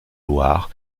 loire